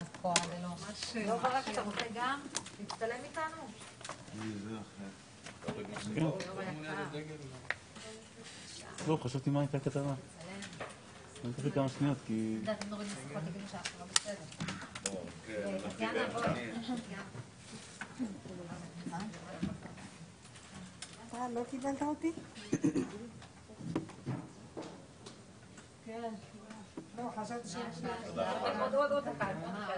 11:15.